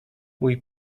mój